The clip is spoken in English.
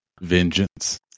Vengeance